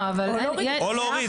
או להוריד.